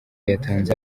yatanze